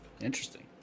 interesting